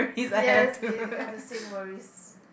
yes we we have the same worries